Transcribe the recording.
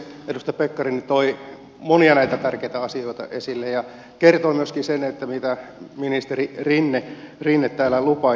edustaja pekkarinen toi näitä monia tärkeitä asioita esille ja kertoi myöskin sen mitä ministeri rinne täällä lupaili